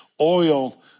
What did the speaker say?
oil